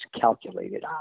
calculated